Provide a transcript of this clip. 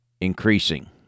increasing